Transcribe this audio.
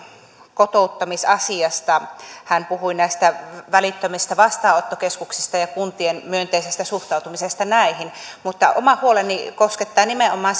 kotouttamisasiasta hän puhui näistä välittömistä vastaanottokeskuksista ja kuntien myönteisestä suhtautumisesta näihin mutta oma huoleni koskettaa nimenomaan